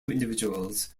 individuals